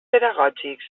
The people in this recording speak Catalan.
pedagògics